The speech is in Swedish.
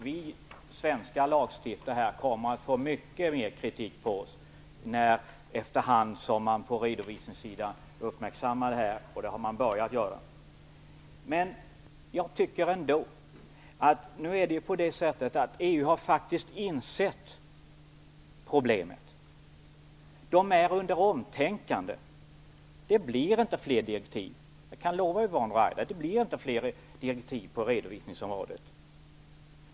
Vi svenska lagstiftare kommer att ådra oss mycket mera kritik efterhand som man på redovisningssidan uppmärksammar det här, och det har man nu börjat göra. EU har faktiskt insett problemet, och man tänker om. Det blir inte fler direktiv på redovisningsområdet, det kan jag lova Yvonne Ruwaida.